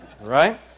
right